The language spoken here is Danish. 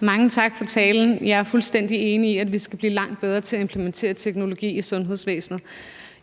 Mange tak for talen. Jeg er fuldstændig enig i, at vi skal blive langt bedre til at implementere teknologi i sundhedsvæsenet.